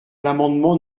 l’amendement